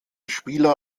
spieler